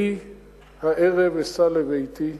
אני הערב אסע לביתי,